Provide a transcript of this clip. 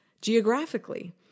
geographically